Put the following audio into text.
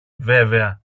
βέβαια